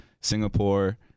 Singapore